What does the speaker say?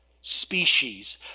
species